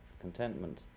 contentment